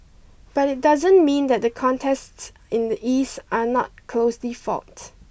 but it doesn't mean that the contests in the East are not closely fought